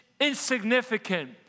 insignificant